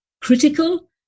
critical